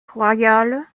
royale